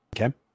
Okay